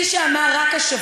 אתה לא רוצה בית בעמונה?